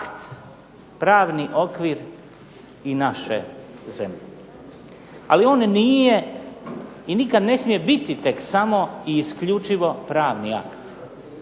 pravni okvir i naše zemlje. Ali on nije i nikada ne smije biti tek samo i isključivo pravni akt.